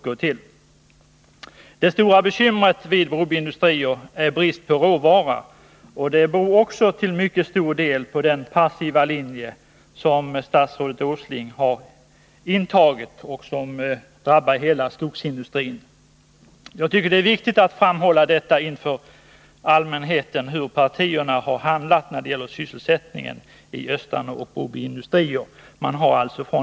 Det största bekymret vid Broby industrier är brist på råvara, och denna brist beror till mycket stor del på den passiva ställning som statsrådet Åsling har intagit och som drabbar hela skogsindustrin. Jag tycker att det är viktigt att inför allmänheten redovisa hur partierna har handlat när det gäller sysselsättningen vid Östanå bruk och Broby industrier.